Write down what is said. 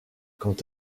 quant